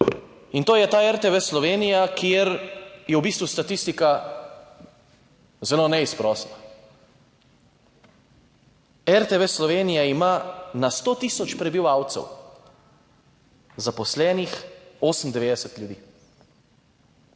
in to je ta RTV Slovenija, kjer je v bistvu statistika zelo neizprosna. RTV Slovenija ima na 100 tisoč prebivalcev zaposlenih 98 ljudi.